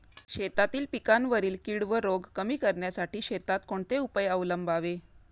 शेतातील पिकांवरील कीड व रोग कमी करण्यासाठी शेतात कोणते उपाय अवलंबावे?